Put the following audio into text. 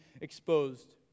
exposed